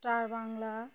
star Bangla